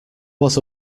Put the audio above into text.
was